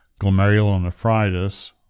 glomerulonephritis